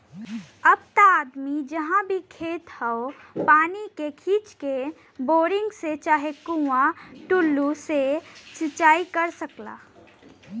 अब त आदमी जहाँ भी खेत हौ पानी के खींच के, बोरिंग से चाहे कुंआ टूल्लू से सिंचाई कर सकला